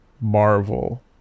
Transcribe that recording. Marvel